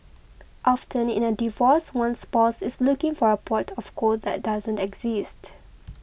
often in a divorce one spouse is looking for a pot of gold that doesn't exist